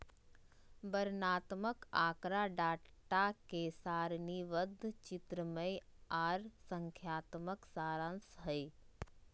वर्णनात्मक आँकड़ा डाटा के सारणीबद्ध, चित्रमय आर संख्यात्मक सारांश हय